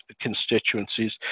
constituencies